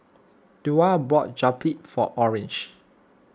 Twila bought Japchae for Orange